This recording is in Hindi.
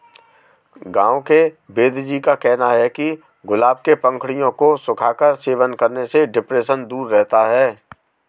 गांव के वेदजी का कहना है कि गुलाब के पंखुड़ियों को सुखाकर सेवन करने से डिप्रेशन दूर रहता है